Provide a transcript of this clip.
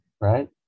right